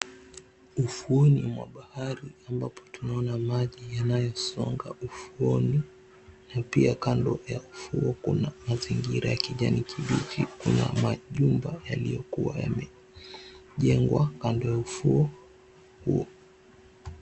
Ufuoni mwa bahari ambapo tunaona maji yanayosonga ufuoni na pia kando ya ufuo kuna mazingira ya kijani kibichi, kuna majumba yaliyokuwa yamejengwa kando ya ufuo huo.